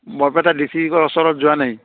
Barpeta D C কৰ ওচৰত যোৱা নাই